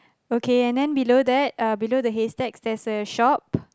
okay and then below that uh below the haystacks there's a shop